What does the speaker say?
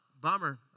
bummer